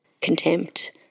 contempt